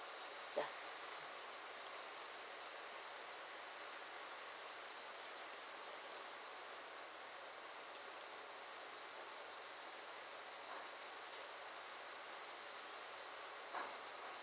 yeah